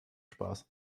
spaß